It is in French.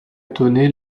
étonné